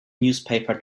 newspaper